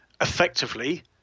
effectively